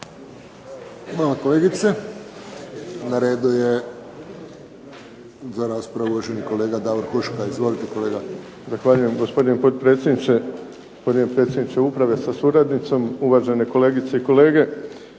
Hvala kolegice. Na redu je za raspravu uvaženi kolega Davor Huška. Izvolite kolega. **Huška, Davor (HDZ)** Zahvaljujem gospodine potpredsjedniče, gospodine predsjedniče Uprave sa suradnicom, uvažene kolegice i kolege.